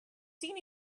seen